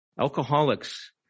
alcoholics